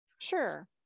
Sure